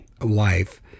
life